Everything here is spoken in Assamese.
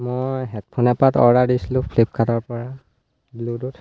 মই হেডফোন এপাত অৰ্ডাৰ দিছিলোঁ ফ্লিপকাৰ্টৰপৰা ব্লুটুথ